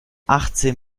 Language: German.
achtzehn